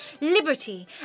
Liberty